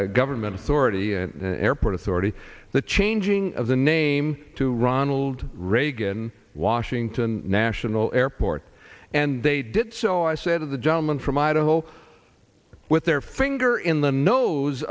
and airport authority the changing of the name to ronald reagan washington national airport and they did so i said of the gentleman from idaho with their finger in the nose